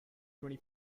twenty